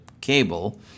cable